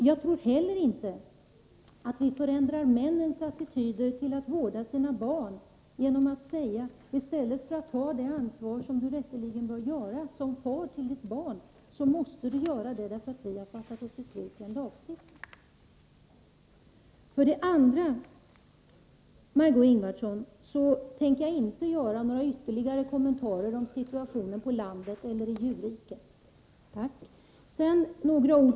Jag tror inte heller att vi förändrar mäns attityder till att vårda sina barn genom att säga: I stället för att ta det ansvar som du rätteligen bör ta som far till ditt barn, måste du göra det därför att vi har fattat beslut om det och genomfört en lagstiftning. Sedan, Margö Ingvardsson, tänker jag inte komma med några ytterligare kommentarer beträffande situationen på landet eller i djurriket.